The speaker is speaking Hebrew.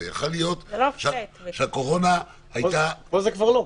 יכול להיות שהקורונה הייתה --- פה זה כבר לא.